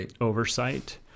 oversight